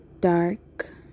dark